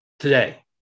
today